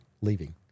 leaving